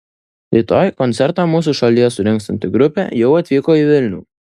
rytoj koncertą mūsų šalyje surengsianti grupė jau atvyko į vilnių